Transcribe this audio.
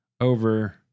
over